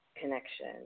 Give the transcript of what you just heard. connection